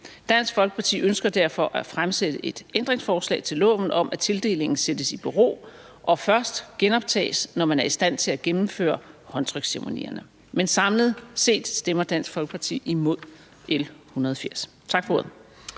Dansk Folkeparti ønsker derfor at fremsætte et ændringsforslag til loven, om at tildelingen sættes i bero og først genoptages, når man er i stand til at gennemføre håndtryksceremonierne. Men samlet set stemmer Dansk Folkeparti imod L 180. Tak for ordet.